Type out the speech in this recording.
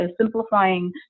simplifying